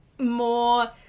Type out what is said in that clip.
more